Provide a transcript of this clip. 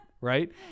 right